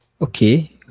okay